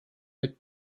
mit